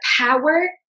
power